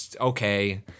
okay